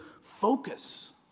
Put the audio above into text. focus